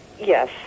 Yes